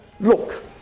look